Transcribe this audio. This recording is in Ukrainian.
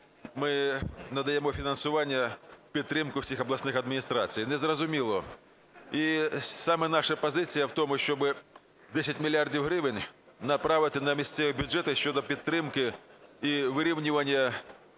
ми надаємо фінансування, підтримку всіх обласних адміністрацій, незрозуміло. І саме наша позиція в тому, щоб 10 мільярдів гривень направити на місцеві бюджети щодо підтримки і вирівнювання